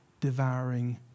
devouring